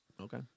Okay